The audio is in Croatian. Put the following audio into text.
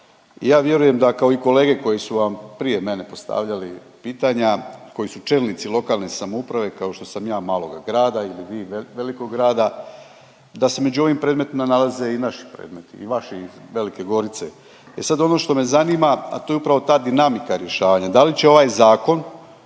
ja vjerujem da kao i kolege koji su vam prije mene postavljali pitanja koji su čelnici lokalne samouprave, kao što sam ja maloga grada ili vi velikog grada, da se među ovim predmetima nalaze i naši predmeti i vaši iz Velike Gorice. E sad, ono što me zanima, a to je upravo ta dinamika rješavanja, da li će ovaj Zakon